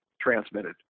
transmitted